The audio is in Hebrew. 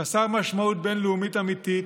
חסר משמעות בין-לאומית אמיתית,